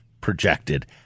projected